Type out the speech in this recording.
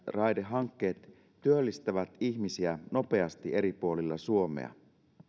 raidehankkeet työllistävät ihmisiä nopeasti eri puolilla suomea